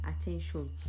attention